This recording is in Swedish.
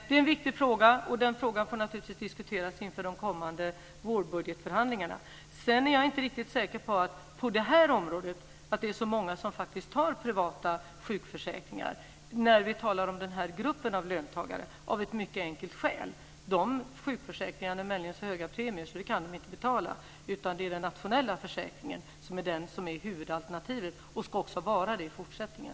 Det är en viktig fråga och den får naturligtvis diskuteras inför de kommande vårbudgetförhandlingarna. Sedan är jag inte riktigt säker på, när vi talar om den här gruppen av löntagare, att det är så många som faktiskt väljer privata sjukförsäkringar av ett mycket enkelt skäl. De sjukförsäkringarna har nämligen så höga premier, så det kan dessa människor inte betala, utan det är den nationella försäkringen som är den som är huvudalternativet och som ska vara det också i fortsättningen.